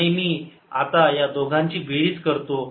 आणि मी आता या दोघांची बेरीज करतो